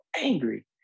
angry